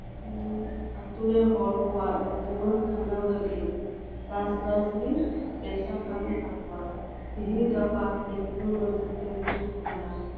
ᱟᱛᱩ ᱨᱮ ᱦᱚᱲ ᱠᱚᱣᱟᱜ ᱡᱤᱭᱚᱱ ᱠᱷᱟᱸᱰᱟᱣ ᱞᱟᱹᱜᱤᱫ ᱪᱟᱥᱼᱵᱟᱥ ᱜᱮ ᱯᱮᱥᱟ ᱠᱟᱱ ᱛᱟᱠᱚᱣᱟ ᱛᱤᱦᱤᱧ ᱜᱟᱯᱟ ᱴᱮᱹᱠᱱᱳᱞᱳᱡᱤᱠᱮᱞ ᱡᱩᱜᱽ ᱠᱟᱱᱟ